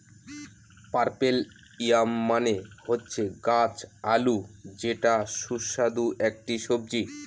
purple yam মানে হচ্ছে গাছ আলু যেটা সুস্বাদু একটি সবজি